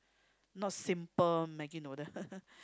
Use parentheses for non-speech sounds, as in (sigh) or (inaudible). not simple Maggie noodle (laughs)